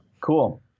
Cool